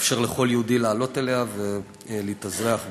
לאפשר לכל יהודי לעלות אליה ולהתאזרח בה.